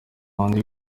undi